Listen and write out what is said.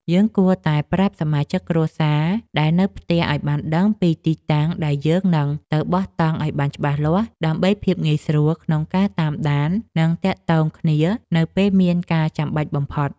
យើងគួរតែប្រាប់សមាជិកគ្រួសារដែលនៅផ្ទះឱ្យបានដឹងពីទីតាំងដែលយើងនឹងទៅបោះតង់ឱ្យបានច្បាស់លាស់ដើម្បីភាពងាយស្រួលក្នុងការតាមដាន និង ទាក់ទងគ្នានៅពេលមានការចាំបាច់បំផុត។